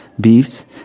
beefs